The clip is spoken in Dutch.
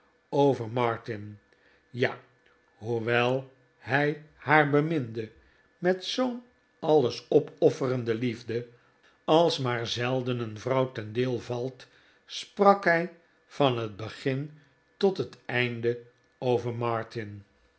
over martin ja hoewel hij haar beminde met zoo'n alles opofferende liefde als maar zelden een vrouw ten deel valt sprak hij van het begin tot het einde over martin